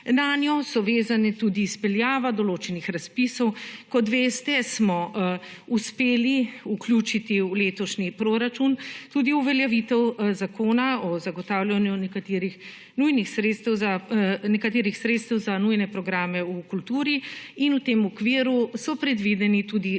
Nanjo so vezane tudi izpeljava določenih razpisov. Kot veste smo uspeli vključiti v letošnji proračun tudi uveljavitev Zakona o zagotavljanju nekaterih sredstev za nujne programe v kulturi in v tem okviru so predvideni tudi